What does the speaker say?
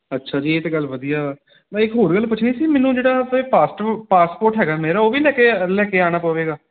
ਅੱਛਾ ਜੀ ਇਹ ਤੇ ਗੱਲ ਵਧੀਆ ਮੈਂ ਇੱਕ ਹੋਰ ਗੱਲ ਪੁੱਛਣੀ ਸੀ ਮੈਨੂੰ ਜਿਹੜਾ ਪਾਸਪੋਰਟ ਹੈਗਾ ਮੇਰਾ ਉਹ ਵੀ ਲੈ ਕੇ ਲੈ ਕੇ ਆਣਾ ਪਵੇਗਾ